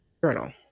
journal